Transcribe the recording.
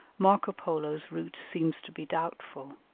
marco polo's route seems to be doubtful.